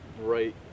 right